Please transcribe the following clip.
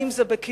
האם זה בכאילו,